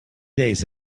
days